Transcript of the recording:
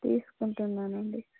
తీసుకుంటున్నాను అండి